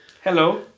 Hello